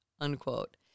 Unquote